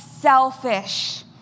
Selfish